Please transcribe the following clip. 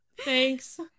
Thanks